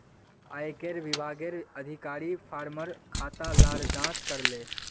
आयेकर विभागेर अधिकारी फार्मर खाता लार जांच करले